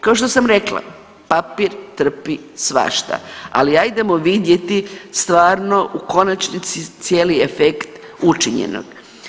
Kao što sam rekla papir trpi svašta, ali ajdemo vidjeti stvarno u konačnici cijeli efekt učinjenog.